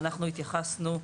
ואנחנו התייחסנו,